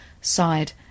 sighed